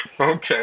Okay